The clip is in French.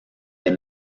est